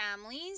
families